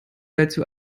dazu